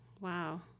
Wow